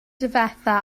difetha